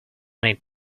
need